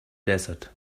desert